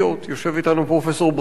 יושב אתנו פרופסור ברוורמן,